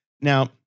Now